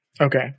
Okay